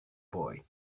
boy